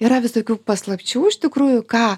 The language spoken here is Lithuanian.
yra visokių paslapčių iš tikrųjų ką